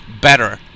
better